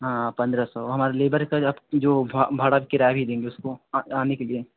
हाँ पंद्रह सौ हमारे लेबर का अब जो भाड़ा आप किराया भी देंगे उसको आने के लिए